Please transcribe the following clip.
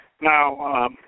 Now